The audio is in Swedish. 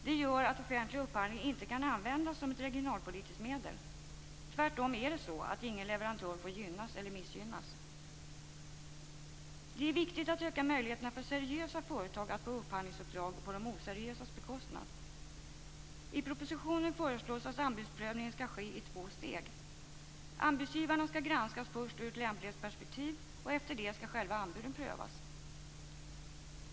Det gör att offentlig upphandling inte kan användas som ett regionalpolitiskt medel. Tvärtom är det så att ingen leverantör får gynnas eller missgynnas. Det är viktigt att öka möjligheterna för seriösa företag att få upphandlingsuppdrag på de oseriösas bekostnad. I propositionen föreslås att anbudsprövningen skall ske i två steg. Anbudsgivarna skall granskas först ur ett lämplighetsperspektiv och efter det skall själva anbuden prövas.